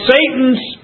Satan's